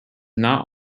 not